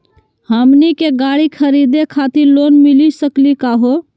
हमनी के गाड़ी खरीदै खातिर लोन मिली सकली का हो?